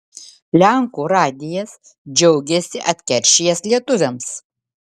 lenkų radijas džiaugiasi atkeršijęs lietuviams